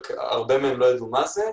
הרבה מהם לא ידעו מה זה,